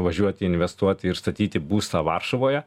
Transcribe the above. važiuoti investuoti ir statyti būstą varšuvoje